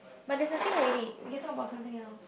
but there's nothing already we can talk about something else